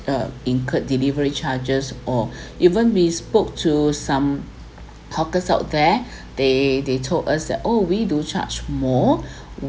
the incurred delivery charges or even we spoke to some hawkers out there they they told us that oh we do charge more